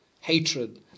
hatred